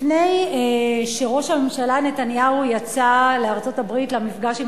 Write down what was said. לפני שראש הממשלה נתניהו יצא לארצות-הברית למפגש עם